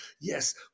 Yes